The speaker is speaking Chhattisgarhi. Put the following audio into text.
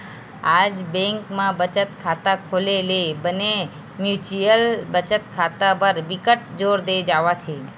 आज बेंक म बचत खाता खोले ले बने म्युचुअल बचत खाता बर बिकट जोर दे जावत हे